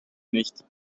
nicht